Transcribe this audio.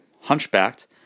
hunchbacked